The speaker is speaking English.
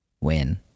win